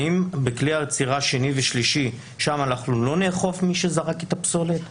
האם בכלי אצירה שני ושלישי אנחנו לא נאכוף אם מישהו זרק את הפסולת?